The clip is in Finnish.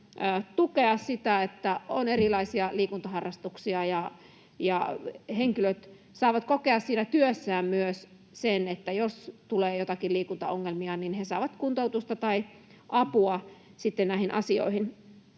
tukea sitä, että on erilaisia liikuntaharrastuksia ja henkilöt saavat kokea siinä työssään myös sen, että jos tulee joitakin liikuntaongelmia, niin he saavat kuntoutusta tai apua sitten näihin asioihin.